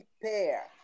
prepare